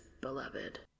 beloved